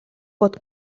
pot